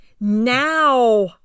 Now